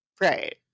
right